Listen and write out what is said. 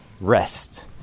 rest